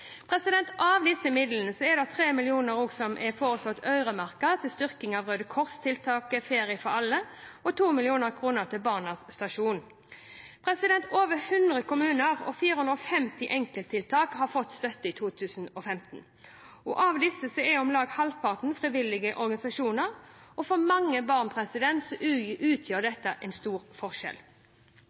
Av disse midlene er 3 mill. kr foreslått øremerket styrking av Røde Kors-tiltaket Ferie for alle og 2 mill. kr til Barnas Stasjon. Over 100 kommuner og 450 enkelttiltak har fått støtte i 2015. Av disse var om lag halvparten frivillige organisasjoner. For mange barn utgjør dette en stor forskjell.